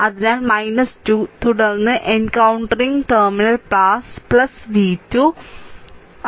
അതിനാൽ 2 തുടർന്ന് encountering terminal pass v 2 എൻകൌണ്ടറിങ്ൽ ടെർമിനൽ പാസ്